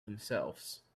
themselves